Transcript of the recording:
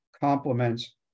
complements